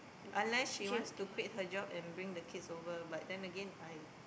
unless she wants to quit her job and bring the kids over but then Again I